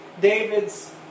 David's